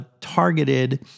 targeted